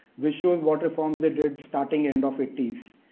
which shows what reforms they did starting end of eighty s